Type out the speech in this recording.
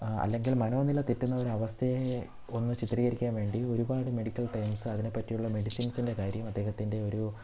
അല്ലെങ്കിൽ മനോനില തെറ്റുന്ന ഒരു അവസ്ഥയെ ഒന്ന് ചിത്രീകരിക്കാൻ വേണ്ടി ഒരുപാട് മെഡിക്കൽ ടേർമ്സ് അതിനെ പറ്റിയുള്ള മെഡിസിൻസിൻ്റെ കാര്യം അദ്ദേഹത്തിൻ്റെ ഒരു